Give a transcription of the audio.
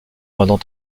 pendant